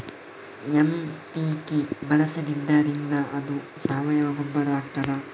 MPK ಬಳಸಿದ್ದರಿಂದ ಅದು ಸಾವಯವ ಗೊಬ್ಬರ ಆಗ್ತದ?